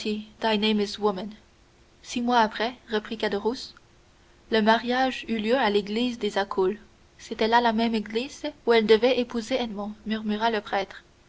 six mois après reprit caderousse le mariage eut lieu à l'église des accoules c'était la même église où elle devait épouser edmond murmura le prêtre